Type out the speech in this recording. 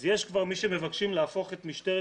אז יש כבר מי שמבקשים להפוך את משטרת